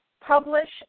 publish